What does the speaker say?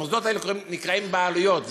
המוסדות האלה נקראים בעלויות,